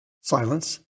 silence